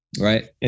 right